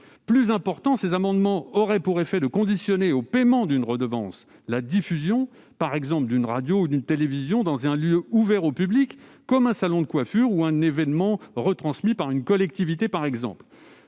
Plus important, leur adoption aurait pour effet de conditionner au paiement d'une redevance la diffusion du programme d'une radio ou d'une télévision dans un lieu ouvert au public, comme un salon de coiffure ou un événement retransmis par une collectivité.